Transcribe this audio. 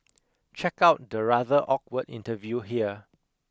check out the rather awkward interview here